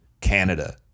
Canada